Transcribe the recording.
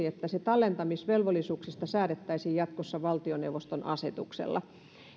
että tallentamisvelvollisuuksista säädettäisiin jatkossa valtioneuvoston asetuksella